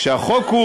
הצבענו,